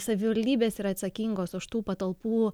savivaldybės yra atsakingos už tų patalpų